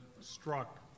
struck